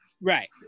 Right